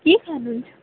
के खानुहुन्छ